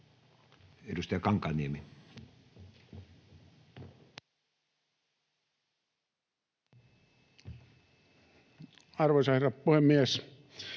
edustaja Halla-aho. Arvoisa herra puhemies!